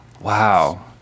wow